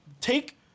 Take